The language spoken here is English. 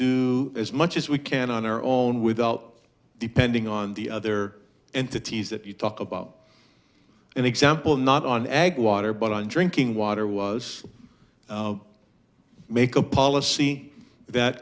do as much as we can on our own without depending on the other entities that you talk about and example not on ag water but on drinking water was make a policy that